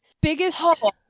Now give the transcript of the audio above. biggest